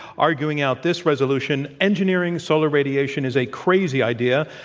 arguing out this resolution, engineering solar radiation is a crazy idea.